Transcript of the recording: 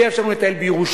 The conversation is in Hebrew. זה יאפשר לנו לטייל בירושלים